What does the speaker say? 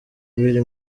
biri